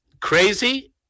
crazy